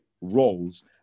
roles